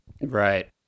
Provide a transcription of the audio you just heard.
Right